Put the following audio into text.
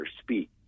speak